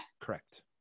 Correct